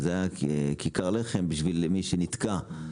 היה כיכר לחם בשביל מי שנתקע,